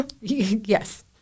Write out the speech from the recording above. yes